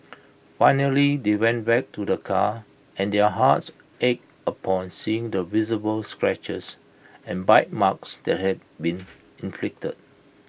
finally they went back to the car and their hearts ached upon seeing the visible scratches and bite marks that had been inflicted